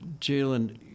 Jalen